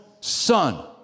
son